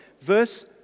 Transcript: Verse